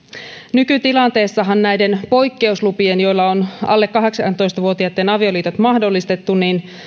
nykytilanteessahan näiden poikkeuslupien joilla on alle kahdeksantoista vuotiaitten avioliitot mahdollistettu